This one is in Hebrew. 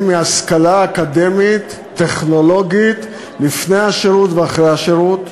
מהשכלה אקדמית טכנולוגית לפני השירות ואחרי השירות,